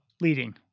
leading